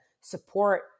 support